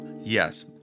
yes